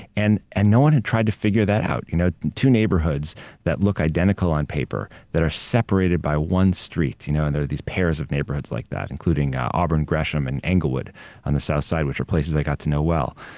and and no one had tried to figure that out. you know two neighborhoods that look identical on paper that are separated by one street, you know and there are these pairs of neighborhoods like that, including auburn gresham and englewood on the south side, which are places, i got to know well.